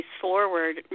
forward